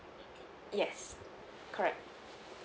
yes correct